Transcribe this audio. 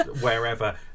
wherever